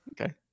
okay